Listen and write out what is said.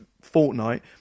fortnight